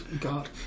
God